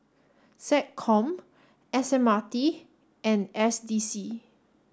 SecCom S M R T and S D C